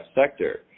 sector